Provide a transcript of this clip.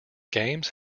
games